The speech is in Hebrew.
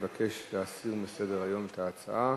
מבקש להסיר מסדר-היום את ההצעה.